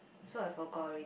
so I forgot already